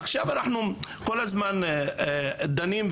אנחנו כל הזמן דנים.